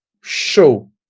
show